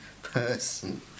person